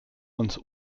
uns